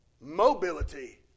Mobility